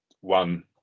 one